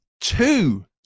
two